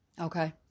Okay